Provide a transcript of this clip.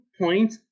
point